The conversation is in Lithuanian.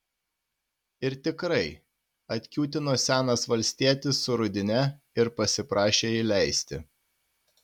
ir tikrai atkiūtino senas valstietis su rudine ir pasiprašė įleisti